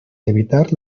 evitar